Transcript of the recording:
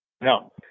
No